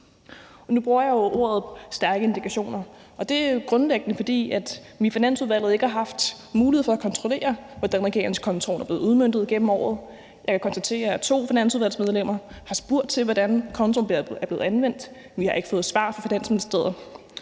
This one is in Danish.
Nu bruger jeg ordene stærke indikationer, og det er grundlæggende, fordi vi i Finansudvalget ikke har haft mulighed for at kontrollere, hvordan regeringskontoen er blevet udmøntet gennem året. Jeg kan konstatere, at to af Finansudvalgets medlemmer har spurgt til, hvordan kontoen er blevet anvendt, men vi har ikke fået svar fra Finansministeriet.